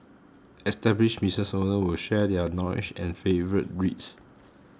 established business owners will share their knowledge and favourite reads